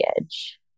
edge